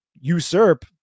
usurp